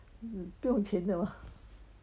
不用钱的吗